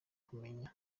kumenya